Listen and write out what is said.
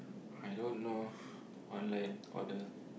I don't know online order